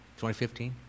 2015